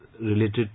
related